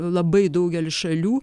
labai daugelį šalių